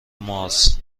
مارس